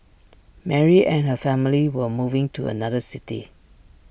Mary and her family were moving to another city